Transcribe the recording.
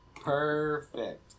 Perfect